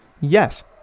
Yes